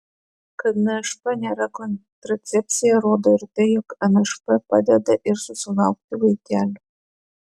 kad nšp nėra kontracepcija rodo ir tai jog nšp padeda ir susilaukti vaikelio